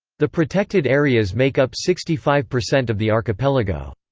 the protected areas make up sixty five percent of the archipelago.